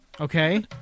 okay